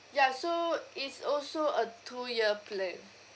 ya so it's also a two year plan